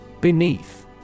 Beneath